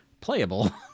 playable